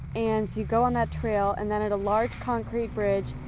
and you go on that trail and then at a large concrete bridge,